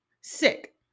sick